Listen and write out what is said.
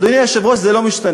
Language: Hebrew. אדוני היושב-ראש, זה לא משתנה.